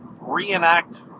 reenact